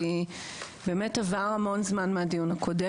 כי באמת עבר המון זמן מהדיון הקודם